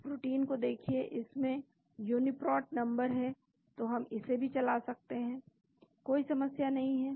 इस प्रोटीन को देखिए इसमें यूनीप्रोट नंबर है तो हम इसे भी चला सकते हैं कोई समस्या नहीं है